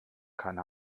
keine